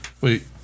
Wait